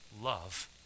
love